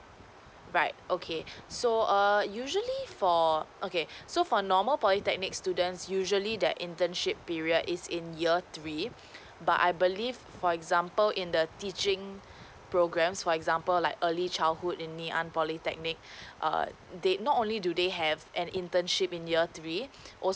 right okay so err usually for okay so for normal polytechnic students usually the internship period is in year three but I believe for example in the teaching programs for example like early childhood any unpolytechnic err they not only do they have an internship in year three also